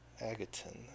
Agaton